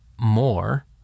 more